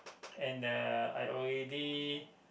and uh I already